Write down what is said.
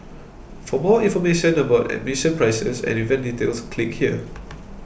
for more information about admission prices and event details click here